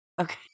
Okay